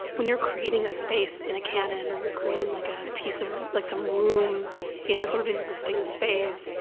when you're creating a space in a cannon or you're creating, like, a piece of like, some room in a sort of existing space